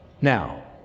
Now